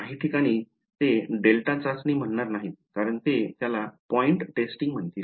काही ठिकाणी ते डेल्टा चाचणी म्हणणार नाहीत कारण ते त्याला पॉइंट टेस्टिंग म्हणतील